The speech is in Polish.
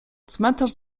cmentarz